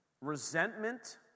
resentment